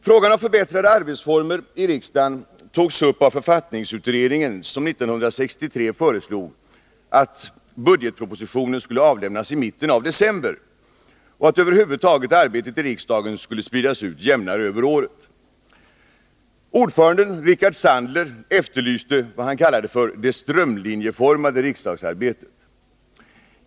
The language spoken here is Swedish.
Frågan om förbättrade arbetsformer i riksdagen togs upp av författningsutredningen, som 1963 föreslog att budgetpropositionen skulle avlämnas i mitten av december och att arbetet i riksdagen över huvud taget skulle spridas ut jämnare över året. Ordföranden Rickard Sandler efterlyste vad han kallade det strömlinjeformade riksdagsarbetet.